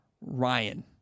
Ryan